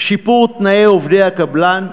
שיפור תנאי עובדי הקבלן,